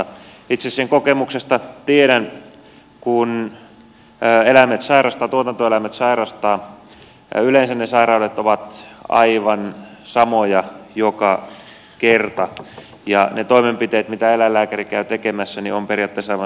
itse sen kokemuksesta tiedän kun tuotantoeläimet sairastavat ja yleensä ne sairaudet ovat aivan samoja joka kerta ja ne toimenpiteet mitä eläinlääkäri käy tekemässä ovat periaatteessa aivan samoja